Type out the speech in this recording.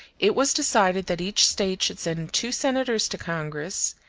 it was decided that each state should send two senators to congress,